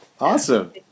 Awesome